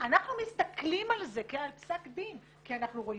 אנחנו מסתכלים על זה כעל פסק דין כי אנחנו רואים